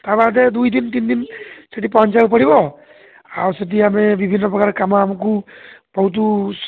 ତା ବାଦେ ଦୁଇ ଦିନ ତିନି ଦିନ ସେଠି ପହଞ୍ଚିବାକୁ ପଡ଼ିବ ଆଉ ସେଠି ଆମେ ବିଭିନ୍ନ ପ୍ରକାର କାମ ଆମକୁ ବହୁତ